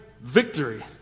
victory